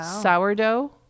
sourdough